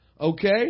okay